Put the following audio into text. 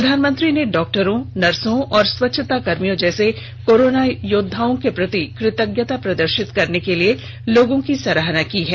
प्रधानमंत्री ने डॉक्टरों नर्सों और स्वच्छता कर्मियों जैसे कोरोना योद्धाओं के प्रति कृतज्ञता प्रदर्शित करने के लिए लोगों की सराहना की है